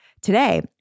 Today